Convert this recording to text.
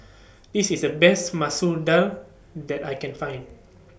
This IS The Best Masoor Dal that I Can Find